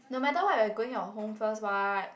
no matter what we are going your home first [what]